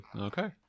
Okay